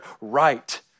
right